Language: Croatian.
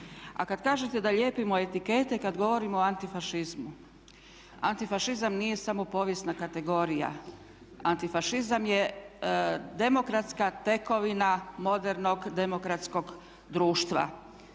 A kad kažete da lijepimo etikete kad govorimo o antifašizmu, antifašizam nije samo povijesna kategorija, antifašizam je demokratska tekovina modernog demokratskog društva.